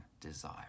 desire